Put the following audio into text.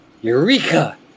Eureka